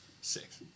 Six